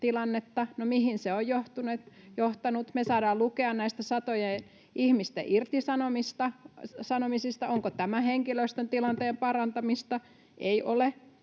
tilannetta. No, mihin se on johtanut? Me saadaan lukea näistä satojen ihmisten irtisanomisista. Onko tämä henkilöstön tilanteen parantamista? Ei ole.